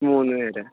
മൂന്ന് പേര്